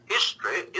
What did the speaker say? History